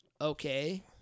okay